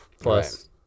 plus